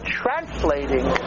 translating